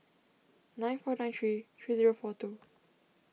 nine four nine three three zero four two